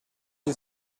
you